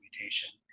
mutation